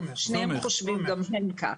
שניהם גם חושבים כך,